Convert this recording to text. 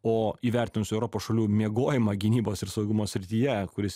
o įvertinus europos šalių miegojimą gynybos ir saugumo srityje kuris